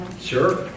Sure